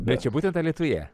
bet čia būtent alytuje